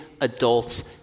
adults